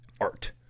art